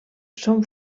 són